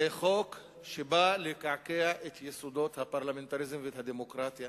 זה חוק שבא לקעקע את יסודות הפרלמנטריזם ואת הדמוקרטיה.